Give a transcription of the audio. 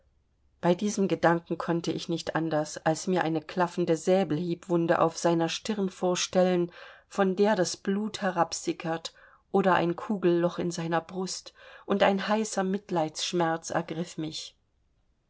bei diesem gedanken konnte ich nicht anders als mir eine klaffende säbelhiebwunde auf seiner stirn vorstellen von der das blut herabsickert oder ein kugelloch in seiner brust und ein heißer mitleidsschmerz ergriff mich